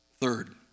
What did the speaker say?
Third